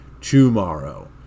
tomorrow